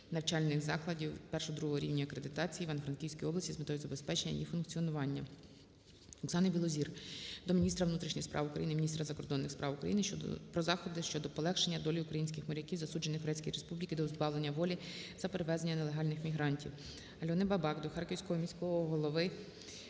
навчальних закладів І-ІІ рівнів акредитації Івано-Франківської області з метою забезпечення їх функціонування. Оксани Білозір до міністра внутрішніх справ України, міністра закордонних справ України про заходи щодо полегшення долі українських моряків, засуджених у Грецькій Республіці до позбавлення волі за перевезення нелегальних мігрантів. АльониБабак до Харківського міського голови